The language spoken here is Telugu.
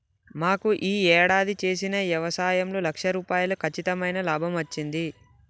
మాకు యీ యేడాది చేసిన యవసాయంలో లక్ష రూపాయలు కచ్చితమైన లాభమచ్చింది